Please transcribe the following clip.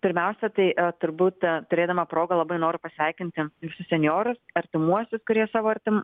pirmiausia tai turbūt turėdama progą labai noriu pasveikinti visus senjorus artimuosius kurie savo artim